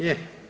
Je.